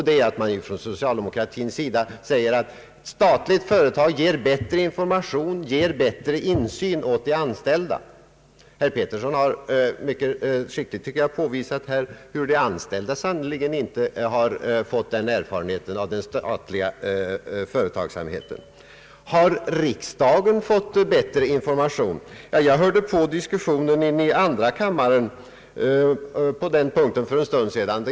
Det är att man från socialdemokratins sida säger att statliga företag ger bättre information, ger bättre insyn åt de anställda. Herr Pettersson har mycket skick ligt påvisat att de anställda sannerligen inte har fått den erfarenheten av den statliga företagsamheten. Har riksdagen fått bättre information? Jag hörde på diskussionen på den punkten i andra kammaren för en stund sedan.